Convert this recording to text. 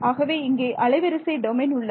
ஆகவே இங்கே அலைவரிசை டொமைன் உள்ளது